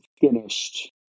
finished